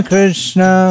Krishna